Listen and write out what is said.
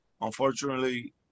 unfortunately